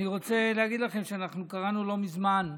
אני רוצה להגיד לכם שאנחנו קראנו לא מזמן: